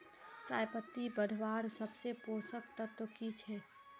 चयपत्ति बढ़वार सबसे पोषक तत्व की छे?